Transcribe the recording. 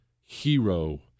hero